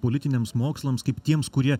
politiniams mokslams kaip tiems kurie